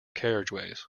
carriageways